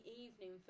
evening